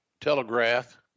telegraph